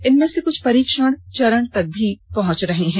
इनमें से कुछ परीक्षण चरण तक भी पहंच रहे हैं